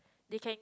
they can